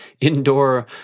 indoor